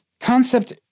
Concept